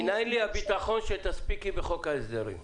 מנין לי הביטחון שתספיקי בחוק ההסדרים?